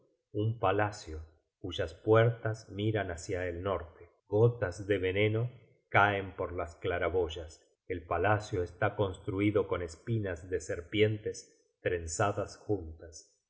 un palacio cuyas puertas miran hácia el norte gotas de veneno caen por las claraboyas el palacio está construido con espinas de serpientes trenzadas juntas